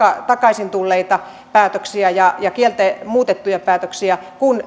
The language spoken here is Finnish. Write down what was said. takaisin tulleita päätöksiä ja ja muutettuja päätöksiä kun